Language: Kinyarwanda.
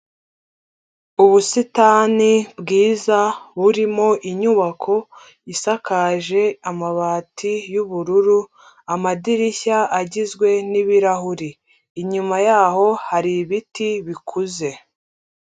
Ubusitani bwiza, burimo inyubako isakaje amabati y'ubururu, amadirishya agizwe n'ibirahuri. Inyuma yaho, hari ibiti bikuze.